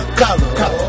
collar